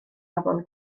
afon